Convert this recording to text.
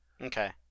Okay